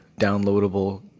downloadable